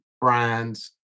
brands